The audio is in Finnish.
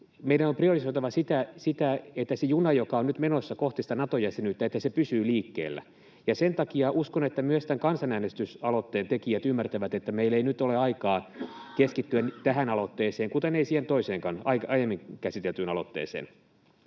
Meidän on priorisoitava sitä, että se juna, joka on nyt menossa kohti sitä Nato-jäsenyyttä, pysyy liikkeellä. Ja sen takia uskon, että myös tämän kansanäänestysaloitteen tekijät ymmärtävät, että meillä ei ole nyt aikaa keskittyä tähän aloitteeseen, kuten ei siihen toiseenkaan, aiemmin käsiteltyyn aloitteeseen.